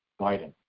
Biden